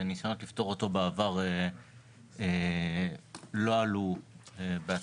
והניסיונות לפתור אותו בעבר לא עלו בהצלחה,